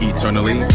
Eternally